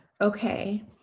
okay